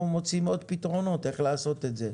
מוצאים עוד פתרונות איך לעשות את זה.